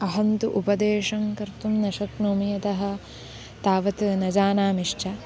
अहं तु उपदेशं कर्तुं न शक्नोमि यतः तावद् न जानामि च